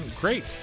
great